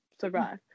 survive